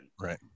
Right